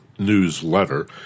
newsletter